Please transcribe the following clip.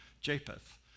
Japheth